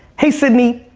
hey, sydney,